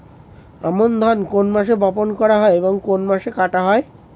আমন ধান কোন মাসে বপন করা হয় ও কোন মাসে কাটা হয়?